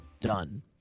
Done